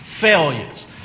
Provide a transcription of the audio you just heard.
failures